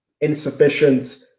insufficient